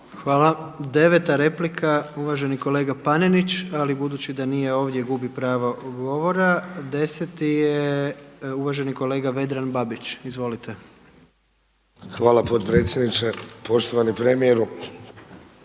Hvala. 9. replika uvaženi kolega Panenić. Ali budući da nije ovdje gubi pravo govora. 10. je uvaženi kolega Vedran Babić. Izvolite. **Babić, Vedran (SDP)** Hvala potpredsjedniče. Poštovani premijeru.